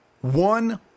One